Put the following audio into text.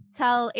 tell